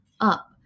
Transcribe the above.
up